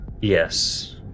Yes